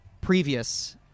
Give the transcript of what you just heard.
previous